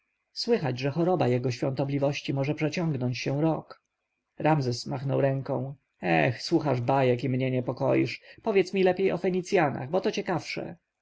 słychać że choroba jego świątobliwości może przeciągnąć się rok ramzes machnął ręką eh słuchasz bajek i mnie niepokoisz powiedz mi lepiej o fenicjanach bo to ciekawsze